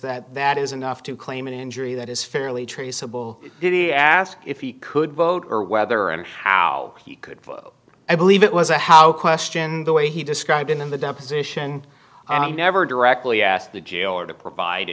that that is enough to claim an injury that is fairly traceable did he ask if he could vote or whether and how he could i believe it was a how question the way he described in the deposition i'm never directly asked the jailer to provide